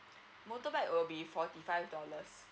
motorbike will be forty five dollars